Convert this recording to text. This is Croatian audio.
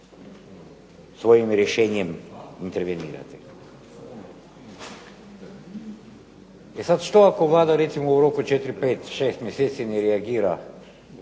svojim rješenjem intervenirati. E sad što ako Vlada recimo u roku 4, 5, 6 mjeseci ne reagira